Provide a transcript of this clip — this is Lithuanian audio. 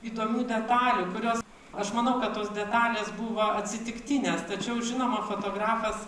įdomių detalių kurios aš manau kad tos detalės buvo atsitiktinės tačiau žinoma fotografas